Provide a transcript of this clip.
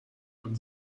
von